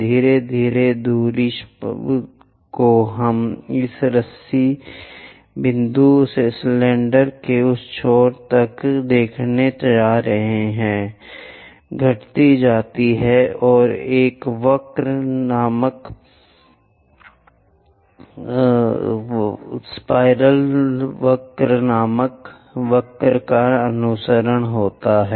धीरे धीरे दूरी स्पष्ट दूरी जो हम रस्सी बिंदु से सिलेंडर के उस छोर तक देखने जा रहे हैं घट जाती है और यह एक वक्र नामक वक्र का अनुसरण करता है